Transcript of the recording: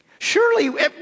Surely